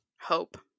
hope